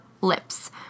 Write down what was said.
lips